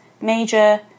major